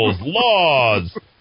laws